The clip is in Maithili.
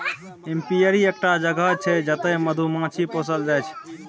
एपीयरी एकटा जगह छै जतय मधुमाछी पोसल जाइ छै